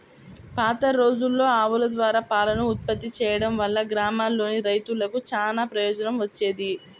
పాతరోజుల్లో ఆవుల ద్వారా పాలను ఉత్పత్తి చేయడం వల్ల గ్రామాల్లోని రైతులకు చానా ప్రయోజనం వచ్చేది